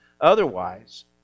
Otherwise